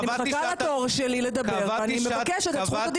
מחכה לתור שלי לדבר, ואני מבקשת את זכות הדיבור.